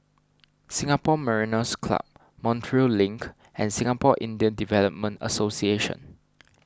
Singapore Mariners' Club Montreal Link and Singapore Indian Development Association